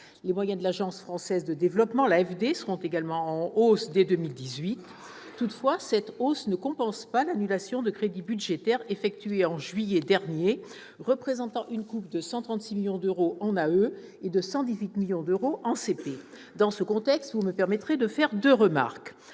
Les moyens de l'Agence française de développement, l'AFD, seront également en hausse dès 2018. Toutefois, cette hausse ne compense pas l'annulation de crédits budgétaires effectuée en juillet dernier, représentant une coupe de 136 millions d'euros en autorisations d'engagement et de 118 millions d'euros en crédits de paiement. Dans ce contexte, je veux faire deux remarques.